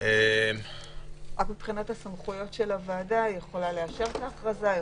רק אגיד שמבחינת הסמכויות של הוועדה היא יכולה לאשר את ההכרזה,